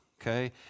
okay